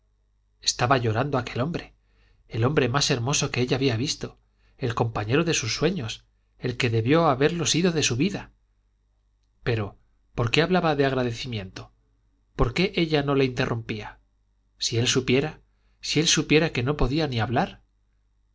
estaba llorando aquel hombre el hombre más hermoso que ella había visto el compañero de sus sueños el que debió haberlo sido de su vida pero por qué hablaba de agradecimiento porque ella no le interrumpía si él supiera si él supiera que no podía ni hablar